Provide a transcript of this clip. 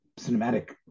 cinematic